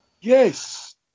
Yes